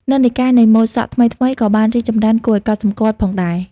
និន្នាការនៃម៉ូដសក់ថ្មីៗក៏បានរីកចម្រើនគួរឱ្យកត់សម្គាល់ផងដែរ។